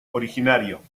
originario